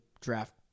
draft